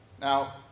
Now